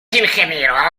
ingeniero